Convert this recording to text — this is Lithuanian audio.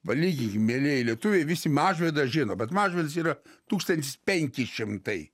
palyginkim mielieji lietuviai visi mažvydą žino bet mažvydas yra tūkstantis penki šimtai